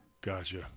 Gotcha